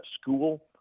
school